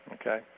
okay